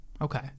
okay